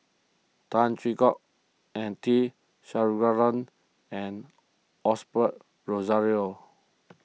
Tan Hwee Hock and T and Osbert Rozario